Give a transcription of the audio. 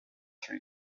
three